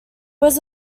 was